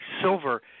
silver